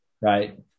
Right